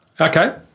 Okay